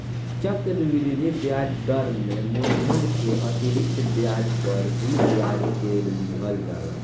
चक्रवृद्धि ब्याज दर में मूलधन के अतिरिक्त ब्याज पर भी ब्याज के लिहल जाला